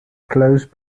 close